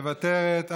מוותרת,